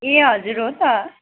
ए हजुर हो त